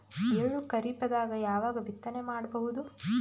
ಎಳ್ಳು ಖರೀಪದಾಗ ಯಾವಗ ಬಿತ್ತನೆ ಮಾಡಬಹುದು?